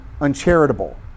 uncharitable